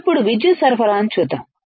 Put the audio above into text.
ఇప్పుడు విద్యుత్ సరఫరాను చూద్దాం